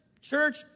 church